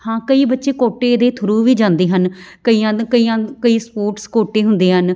ਹਾਂ ਕਈ ਬੱਚੇ ਕੋਟੇ ਦੇ ਥਰੂ ਵੀ ਜਾਂਦੇ ਹਨ ਕਈਆਂ ਨ ਕਈਆਂ ਨ ਕਈ ਸਪੋਰਟਸ ਕੋਟੇ ਹੁੰਦੇ ਹਨ